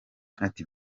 ati